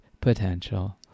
potential